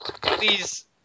please